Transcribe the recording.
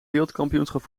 wereldkampioenschap